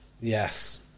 Yes